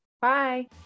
Bye